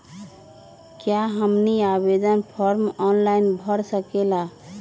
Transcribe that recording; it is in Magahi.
क्या हमनी आवेदन फॉर्म ऑनलाइन भर सकेला?